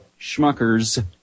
Schmuckers